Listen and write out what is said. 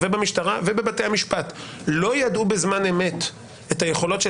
במשטרה ובבתי המשפט לא ידעו בזמן אמת את היכולות של